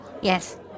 Yes